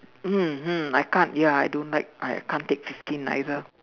mmhmm I can't ya I don't like I I can't take fifteen either